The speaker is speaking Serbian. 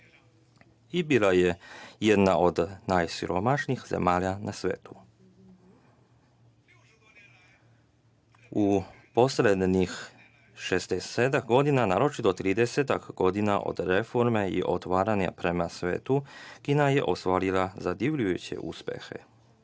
i bila je jedna od najsiromašnijih zemalja na svetu.U poslednjih 67 godina, naročito trideseta godina od reforme i otvaranja prema svetu, Kina je ostvarila zadivljujuće uspehe.